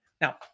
Now